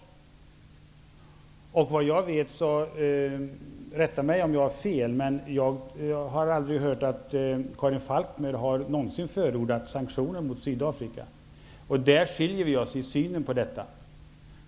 Karin Falkmer kan vidare rätta mig om jag har fel, men jag har aldrig hört att Karin Falkmer någonsin förordat sanktioner mot Sydafrika. På den punkten skiljer sig våra uppfattningar.